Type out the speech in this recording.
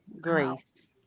grace